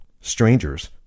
strangers